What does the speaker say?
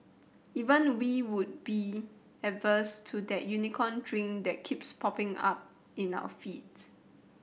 even we would be averse to that Unicorn Drink that keeps popping up in our feeds